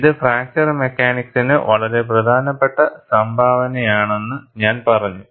ഇത് ഫ്രാക്ചർ മെക്കാനിക്സിന് വളരെ പ്രധാനപ്പെട്ട സംഭാവനയാണെന്ന് ഞാൻ പറഞ്ഞു